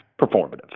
performative